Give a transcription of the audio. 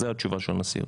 זו התשובה של הנשיאות.